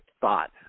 thought